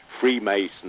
Freemasons